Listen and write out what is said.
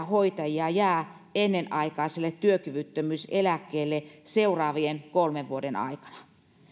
hoitajia jää ennenaikaiselle työkyvyttömyyseläkkeelle seuraavien kolmen vuoden aikana